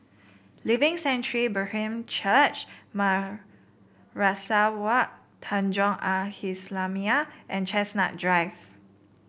Living Sanctuary Brethren Church Madrasah Wak Tanjong Al Islamiah and Chestnut Drive